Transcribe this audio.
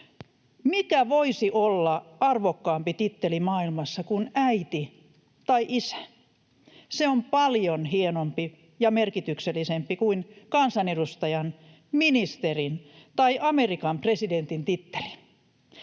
Mikä voisi olla arvokkaampi titteli maailmassa kuin äiti tai isä? Se on paljon hienompi ja merkityksellisempi kuin kansanedustajan, ministerin tai Amerikan presidentin titteli.